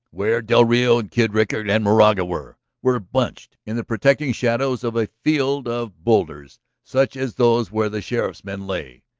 where del rio and kid rickard and moraga were, were bunched in the protecting shadows of a field of boulders such as those where the sheriff's men lay.